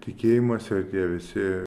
tikėjimas ir tie visi